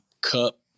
cup